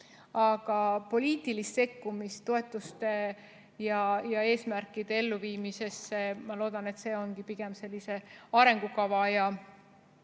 Aga poliitiline sekkumine toetuste ja eesmärkide elluviimisesse – ma loodan, et see ongi pigem arengukava ja